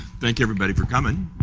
thank everybody for coming.